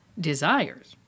desires